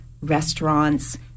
restaurants